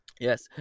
Yes